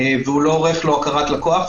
והוא לא עורך לו הכרת לקוח,